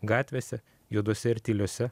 gatvėse juodose ir tyliose